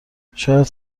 شاید